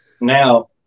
Now